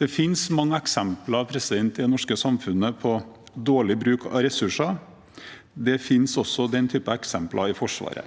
Det finnes mange eksempler i det norske samfunnet på dårlig bruk av ressurser. Det finnes også den typen eksempler i Forsvaret.